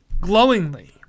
glowingly